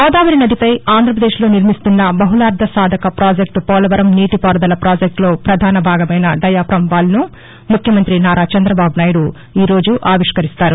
గోదావరి నదిపై ఆంధ్రప్రదేశ్లో నిర్మిస్తున్న బహుళార్దసాధక ప్రాజెక్టు పోలవరం నీటిపారుదల పాజెక్టులో ప్రధాన భాగమైన డయాఫమ్వాల్ను ముఖ్యమంతి నారా చంద్రబాబు నాయుడు ఈరోజు ఆవిష్కరిస్తారు